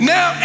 Now